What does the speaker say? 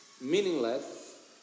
meaningless